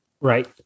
Right